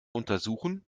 untersuchen